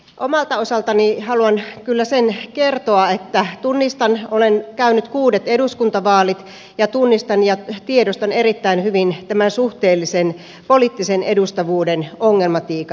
omalta osaltani haluan kyllä sen kertoa olen käynyt kuudet eduskuntavaalit että tunnistan ja tiedostan erittäin hyvin tämän suhteellisen poliittisen edustavuuden ongelmatiikan